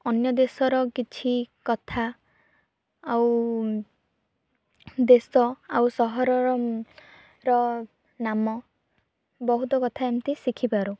ଅନ୍ୟ ଦେଶର କିଛି କଥା ଆଉ ଦେଶ ଆଉ ସହରର ର ନାମ ବହୁତ କଥା ଏମିତି ଶିଖିପାରୁ